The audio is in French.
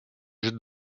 jette